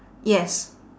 yes